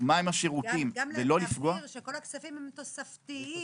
מהם השירותים ולא לפגוע- -- וגם להבהיר שכל הכספים הם תוספתיים.